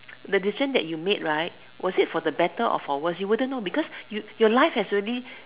the decision that you made right was it for the better or for worse you wouldn't know because you your life has already